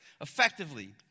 effectively